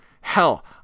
Hell